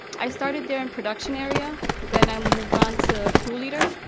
i started there in production area. then i moved on to crew leader,